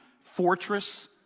fortress